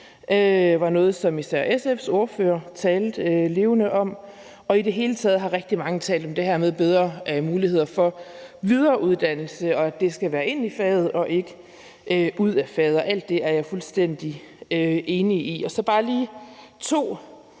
var noget, som især SF's ordfører talte levende om. Og i det hele taget har rigtig mange talt om det her med bedre muligheder for videreuddannelse, og at det skal være ind i faget og ikke ud af faget. Alt det er jeg fuldstændig enig i. Så er der bare lige to